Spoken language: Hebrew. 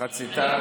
מחציתה,